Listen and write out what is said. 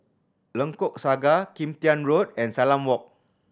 Lengkok Saga Kim Tian Road and Salam Walk